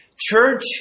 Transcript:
Church